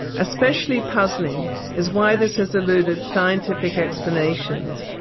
especially puzzling is why this has eluded scientific explanations,